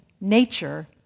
nature